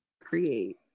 create